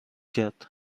کرد